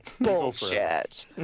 Bullshit